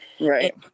right